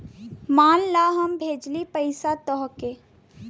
मान ला हम भेजली पइसा तोह्के